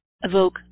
evoke